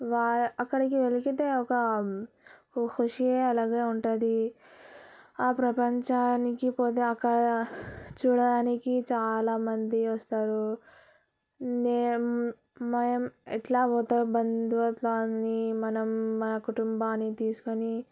అక్కడికి వెళితే ఒక ఒక ఖుషి అలగ్ ఉంటుంది ఆ ప్రపంచానికి పోతే అక్కడ చూడడానికి చాలామంది వస్తారు నేను మేం ఎట్లా పోతావు దాన్ని మనం మా కుటుంబాన్ని తీసుకొని